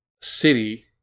city